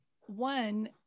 One